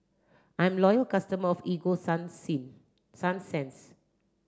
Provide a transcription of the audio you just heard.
I'm a loyal customer of Ego sunsense